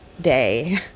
day